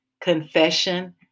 confession